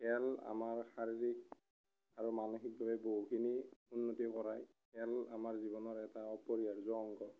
খেল আমাৰ শাৰীৰিক আৰু মানসিকভাৱে বহুখিনি উন্নতি কৰায় খেল আমাৰ জীৱনৰ এটা অপৰিহাৰ্য অংগ